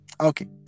okay